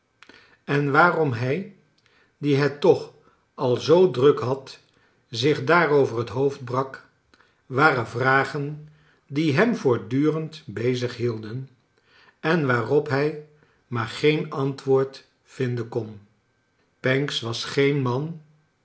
en waarom hij die het toch al zoo druk had zich daarover het hoofd brak waren vragen die hem voortdurend bezig hielden en waarop hij maar geen antwoord vinden kon pancks was geen man